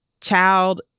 child